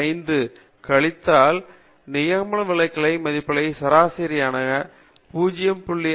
5 கழித்தால் நியமவிலகல் மதிப்பு சராசரியிலிருந்து 0